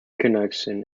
connection